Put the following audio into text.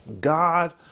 God